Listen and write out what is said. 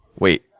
wait,